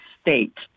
state